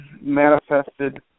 manifested